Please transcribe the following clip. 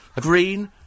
green